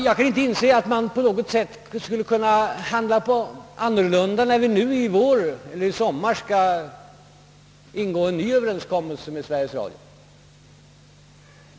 Jag kan inte inse att man på något sätt skulle kunna handla annorlunda, när staten i sommar skall ingå en ny överenskommelse med Sveriges Radio.